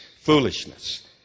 foolishness